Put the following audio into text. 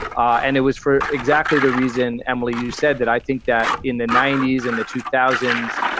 and it was for exactly the reason. emily, you said that i think that in the ninety s and the two thousand